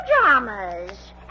pajamas